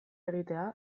egitea